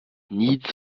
niet